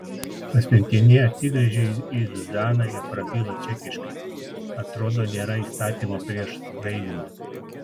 pasiuntinė atsigręžė į zuzaną ir prabilo čekiškai atrodo nėra įstatymo prieš skraidymą